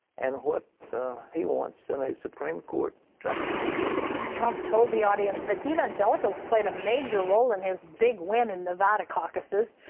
and what he wants in a supreme court justice. terry trump told the audience that evangelicals played a major role in his big win in nevada caucuses.